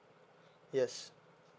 yes